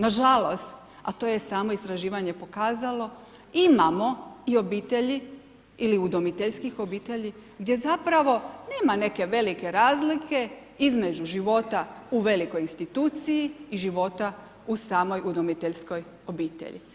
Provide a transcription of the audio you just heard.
Nažalost, a to je samo istraživanje pokazalo, imamo i obitelji ili udomiteljskih obitelji, gdje zapravo nema neke velike razlike između života u velikoj instituciji i života u samoj udomiteljskoj obitelji.